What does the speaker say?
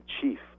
chief